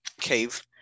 cave